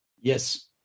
Yes